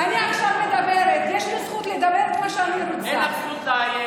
מה זה הדיבור הזה?